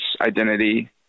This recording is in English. identity